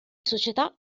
società